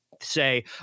say